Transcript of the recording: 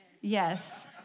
Yes